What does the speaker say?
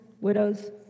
widows